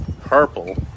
purple